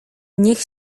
niech